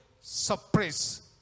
suppress